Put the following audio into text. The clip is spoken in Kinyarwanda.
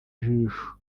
jisho